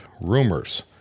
rumors